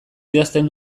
idazten